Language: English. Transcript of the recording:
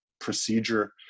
procedure